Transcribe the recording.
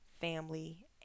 family